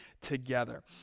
together